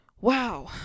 wow